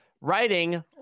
writing